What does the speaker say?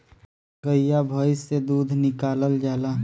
गइया भईस से दूध निकालल जाला